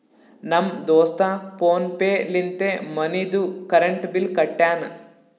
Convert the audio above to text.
ನಮ್ ದೋಸ್ತ PhonePe ಲಿಂತೆ ಮನಿದು ಕರೆಂಟ್ ಬಿಲ್ ಕಟ್ಯಾನ್